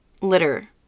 litter